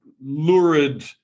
lurid